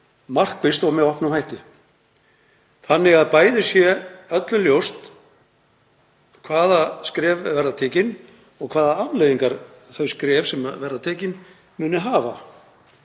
markvisst og með opnum hætti þannig að bæði sé öllum ljóst hvaða skref verða tekin og hvaða afleiðingar þau skref sem verða tekin munu hafa.